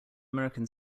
american